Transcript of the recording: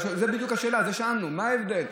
זו בדיוק השאלה ששאלנו: מה ההבדל?